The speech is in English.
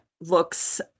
looks